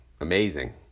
amazing